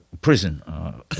prison